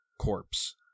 corpse